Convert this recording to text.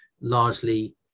largely